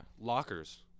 Lockers